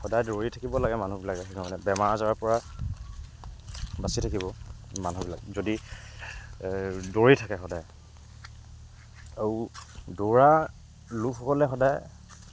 সদায় দৌৰি থাকিব লাগে মানুহবিলাকে সেইটো কাৰণে বেমাৰ আজাৰৰ পৰা বাচি থাকিব মানুহবিলাক যদি দৌৰি থাকে সদায় আৰু দৌৰা লোকসকলে সদায়